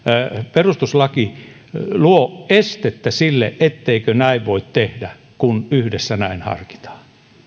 perustuslaki myöskään luo estettä sille etteikö näin voi tehdä kun yhdessä näin harkitaan